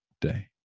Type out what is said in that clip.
day